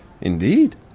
Indeed